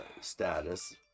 status